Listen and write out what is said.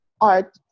art